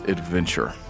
Adventure